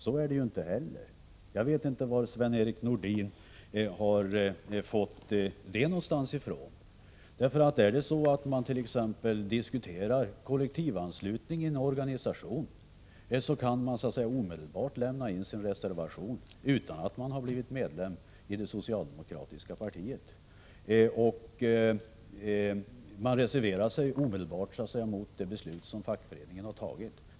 Så är det inte. Jag vet inte var Sven-Erik Nordin har fått det ifrån. Är det så att man t.ex. diskuterar kollektivanslutning inom en organisation, kan man omedelbart lämna in sin reservation, utan att man har blivit medlem i det socialdemokratiska partiet. Man reserverar sig alltså omedelbart mot det beslut som fackföreningen har tagit.